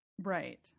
right